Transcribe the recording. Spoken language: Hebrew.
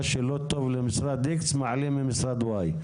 מה שלא טוב למשרד איקס, מעלים במשרד ואי.